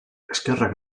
eskerrak